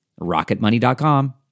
Rocketmoney.com